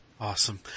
Awesome